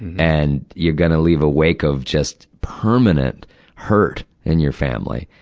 and, you're gonna leave a wake of, just, permanent hurt in your family.